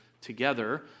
together